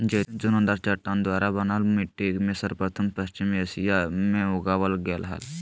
जैतून चुनादार चट्टान द्वारा बनल मिट्टी में सर्वप्रथम पश्चिम एशिया मे उगावल गेल हल